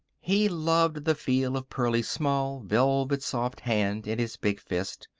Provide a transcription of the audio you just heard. he loved the feel of pearlie's small, velvet-soft hand in his big fist.